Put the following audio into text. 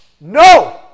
No